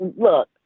Look